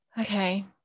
Okay